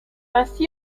ainsi